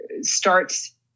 starts